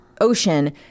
ocean